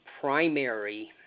primary